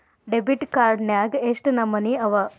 Debit card ನ್ಯಾಗ್ ಯೆಷ್ಟ್ ನಮನಿ ಅವ?